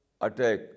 attack